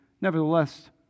nevertheless